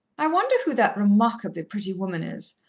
i wonder who that remarkably pretty woman is,